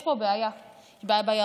יש פה בעיה בהיערכות,